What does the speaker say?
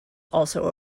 also